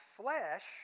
flesh